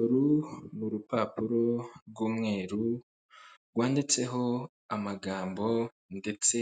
Uru ni rupapuro rw'umweru rwanditseho amagambo ndetse